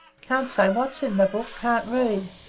can't say what's in that book can't read.